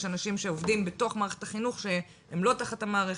יש אנשים שעובדים בתוך מערכת החינוך שהם לא תחת המערכת.